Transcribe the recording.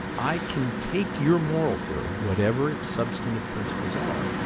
i can take your moral theory, whatever its substantive principles are,